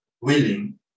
willing